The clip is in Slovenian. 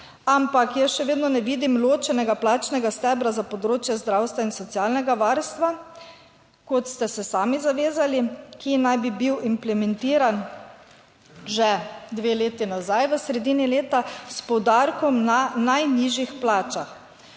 Ampak jaz še vedno ne vidim ločenega plačnega stebra za področje zdravstva in socialnega varstva, kot ste se sami zavezali, ki naj bi bil implementiran že dve leti nazaj, v sredini leta, s poudarkom na najnižjih plačah.